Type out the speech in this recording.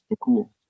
cool